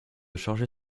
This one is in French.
charger